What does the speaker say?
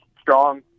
strong